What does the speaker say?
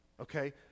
Okay